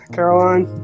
Caroline